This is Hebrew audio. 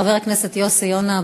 חבר הכנסת יוסי יונה,